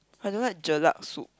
I don't like jelat soup